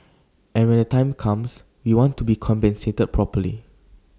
and when the time comes we want to be compensated properly